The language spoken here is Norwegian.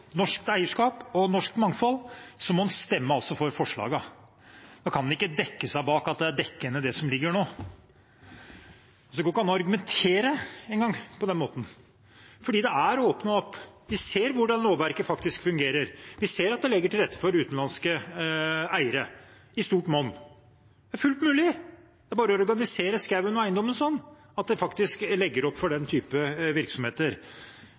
Det går ikke engang an å argumentere på den måten, for det er åpnet opp. Vi ser hvordan lovverket faktisk fungerer. Vi ser at det legger til rette for utenlandske eiere – i stort monn. Det er fullt mulig, det er bare å organisere skogen og eiendommen sånn at det faktisk legger opp til den typen virksomhet. Hvis en mener at en er for